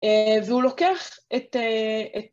והוא לוקח את